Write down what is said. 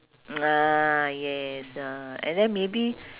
mm ah yes ah and then maybe